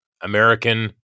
American